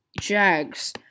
Jags